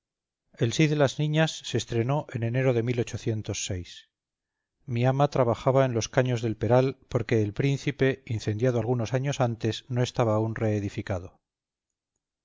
el sí de las niñas se estrenó en enero de mi ama trabajaba en los caños del peral porque el príncipe incendiado algunos años antes no estaba aún reedificado